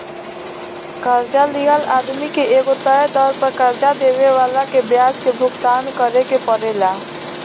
कर्जा लिहल आदमी के एगो तय दर पर कर्जा देवे वाला के ब्याज के भुगतान करेके परेला